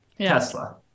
Tesla